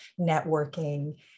networking